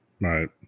Right